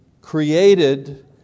created